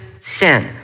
sin